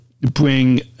bring